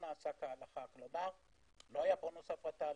כלומר לא היה בונוס הפרטה,